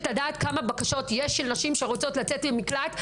כמה נשים יש שרוצות לבקש מקלט,